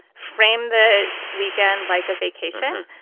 frame the weekend like a vacation,